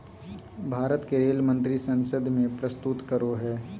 भारत के रेल मंत्री संसद में प्रस्तुत करो हइ